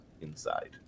inside